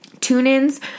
tune-ins